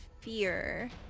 fear